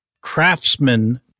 craftsman